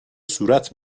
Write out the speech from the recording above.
صورت